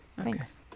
thanks